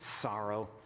sorrow